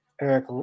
Eric